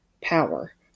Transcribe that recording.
Power